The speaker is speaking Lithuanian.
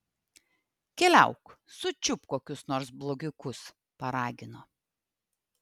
keliauk sučiupk kokius nors blogiukus paragino